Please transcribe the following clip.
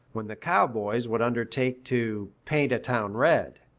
when the cowboys would undertake to paint a town red.